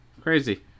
Crazy